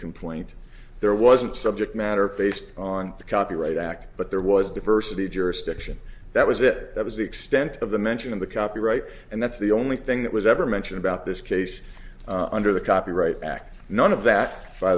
complaint there wasn't subject matter based on the copyright act but there was diversity jurisdiction that was it that was the extent of the mention of the copyright and that's the only thing that was ever mention about this case under the copyright act none of that by